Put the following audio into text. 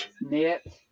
knit